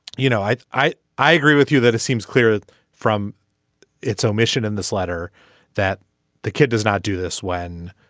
you know i i i agree with you that it seems clear from its omission in this letter that the kid does not do this when